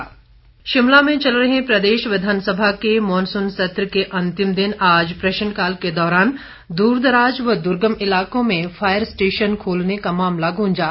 प्रश्नकाल शिमला में चल रहे प्रदेश विधानसभा के मॉनसून सत्र के अंतिम दिन आज प्रश्नकाल के दौरान दूरदराज और दुर्गम इलाकों में फायर स्टेशन खोलने का मामला गूंजा